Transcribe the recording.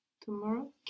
Tomorrow